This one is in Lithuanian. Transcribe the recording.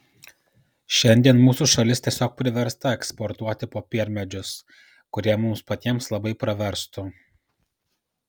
šiandien mūsų šalis tiesiog priversta eksportuoti popiermedžius kurie mums patiems labai praverstų